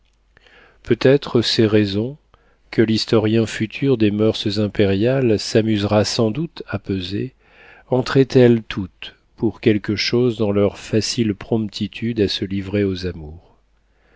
peut-être ces raisons que l'historien futur des moeurs impériales s'amusera sans doute à peser entraient elles toutes pour quelque chose dans leur facile promptitude à se livrer aux amours